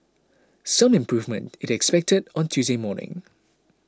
some improvement is expected on Tuesday morning